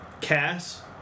Cass